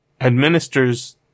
administers